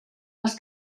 les